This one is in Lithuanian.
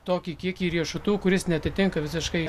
tokį kiekį riešutų kuris neatitinka visiškai